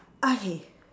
okay